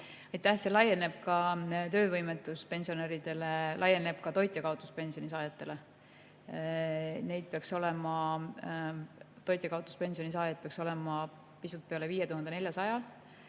laieneb ka töövõimetuspensionäridele ja laieneb ka toitjakaotuspensioni saajatele. Neid toitjakaotuspensioni saajaid peaks olema pisut üle 5400